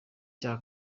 cya